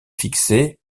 fixée